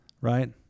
right